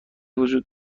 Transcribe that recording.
وجود